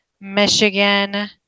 Michigan